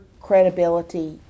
credibility